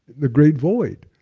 the great void.